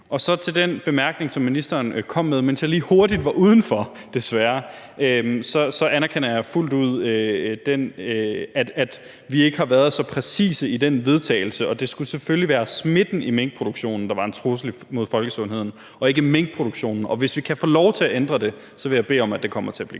til den bemærkning, som ministeren kom med, mens jeg lige hurtigt var udenfor, desværre, vil jeg sige, at jeg fuldt ud anerkender, at vi ikke har været så præcise i det forslag til vedtagelse, og at det selvfølgelig skulle være smitten i minkproduktionen, der var en trussel mod folkesundheden, og ikke minkproduktionen, og hvis vi kan få lov til at ændre det, vil jeg bede om at det kommer til at blive